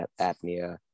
apnea